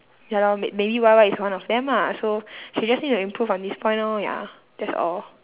ya lor may~ maybe Y_Y is one of them ah so she just need to improve on this point lor ya that's all